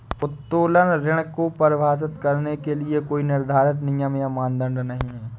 उत्तोलन ऋण को परिभाषित करने के लिए कोई निर्धारित नियम या मानदंड नहीं है